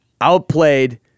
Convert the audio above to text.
outplayed